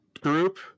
group